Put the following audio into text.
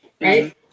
right